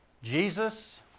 Jesus